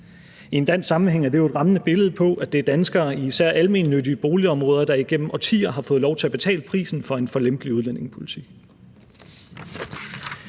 I en dansk sammenhæng er det et rammende billede på, at det er danskere i især almennyttige boligområder, der igennem årtier har fået lov til at betale prisen for en for lempelig udlændingepolitik.